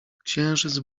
księżyc